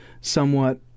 somewhat